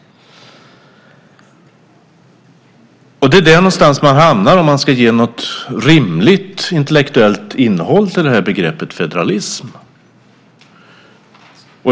Det är där någonstans man hamnar om man ska ge något rimligt intellektuellt innehåll till begreppet federalism.